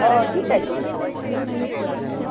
हो ठीक आहे ठीक आहे हो